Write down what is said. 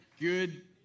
good